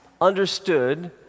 understood